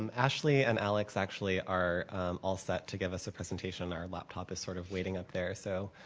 um ashley and alex actually are all set to give us a presentation. our laptop is sort of waiting up there so